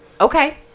Okay